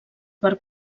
per